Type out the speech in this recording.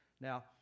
Now